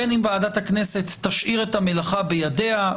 בין אם ועדת הכנסת תשאיר את המלאכה בידיה,